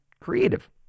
creative